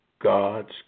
God's